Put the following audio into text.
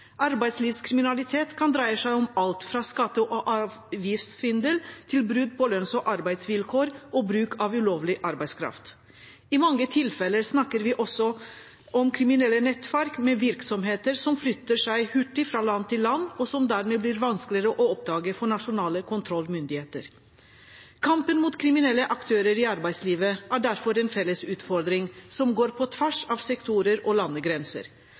Arbeidslivskriminalitet kan dreie seg om alt fra skatte- og avgiftssvindel til brudd på lønns- og arbeidsvilkår og bruk av ulovlig arbeidskraft. I mange tilfeller snakker vi også om kriminelle nettverk med virksomheter som flytter seg hurtig fra land til land, og som dermed blir vanskeligere å oppdage for nasjonale kontrollmyndigheter. Kampen mot kriminelle aktører i arbeidslivet er derfor en felles utfordring, som går på tvers av sektorer og landegrenser.